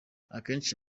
akenshi